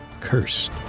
cursed